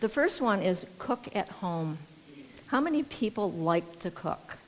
the first one is cook at home how many people like to cook